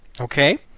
Okay